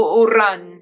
uran